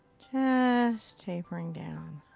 just tapering down.